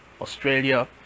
Australia